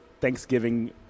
Thanksgiving